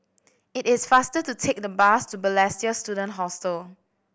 it is faster to take the bus to Balestier Student Hostel